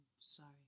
sorry